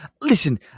listen